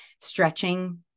stretching